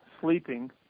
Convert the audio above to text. sleeping